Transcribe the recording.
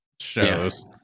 shows